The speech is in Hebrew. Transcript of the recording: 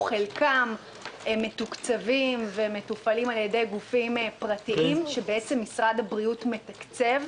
חלקם מתוקצבים ומתופעלים על ידי גופים פרטיים שמשרד הבריאות מתקצב.